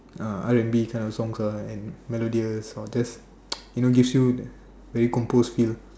uh R&B kind of songs ah and melodious or just you know gives you a very composed feel